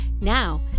Now